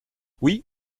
oui